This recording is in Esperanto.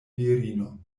virinon